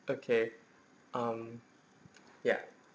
okay um ya